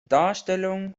darstellungen